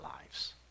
lives